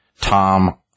Tom